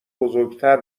بزرگتر